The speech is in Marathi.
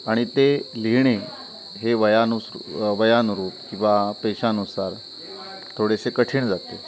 आणि ते लिहिणे हे वयानुसर वयानुरूप किंवा पेशानुसार थोडेसे कठीण जाते